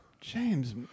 James